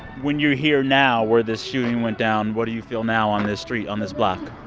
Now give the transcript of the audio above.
when you're here now, where this shooting went down, what do you feel now on this street, on this block?